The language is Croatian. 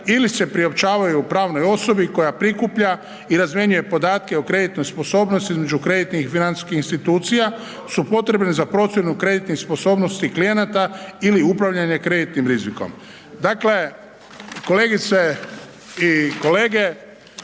ili se priopćavaju pravnoj osobi koja prikuplja i razmjenjuje podatke o kreditnoj sposobnosti između kreditnih i financijskih institucija su potrebne za procjenu kreditnih sposobnosti klijenata ili upravljanje kreditnim rizikom. Dakle kolegice i kolege,